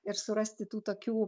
ir surasti tų tokių